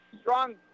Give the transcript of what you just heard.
strong